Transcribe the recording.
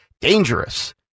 dangerous